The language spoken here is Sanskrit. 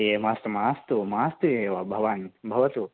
ये मास्तु मास्तु मास्तु एव भवान् भवतु